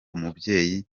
umubyeyi